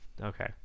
Okay